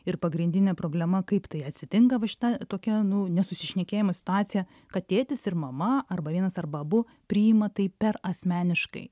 ir pagrindinė problema kaip tai atsitinka va šita tokia nu nesusišnekėjimo situacija kad tėtis ir mama arba vienas arba abu priima tai per asmeniškai